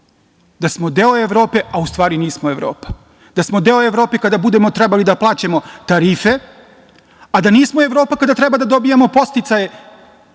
da smo deo Evrope, a u stvari nismo Evropa. Da smo deo Evrope kada budemo trebali da plaćamo tarife, a da nismo Evropa kada treba da dobijemo podsticaje